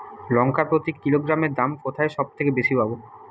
লঙ্কা প্রতি কিলোগ্রামে দাম কোথায় সব থেকে বেশি পাব?